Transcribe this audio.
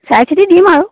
চাই চিতি দিম আৰু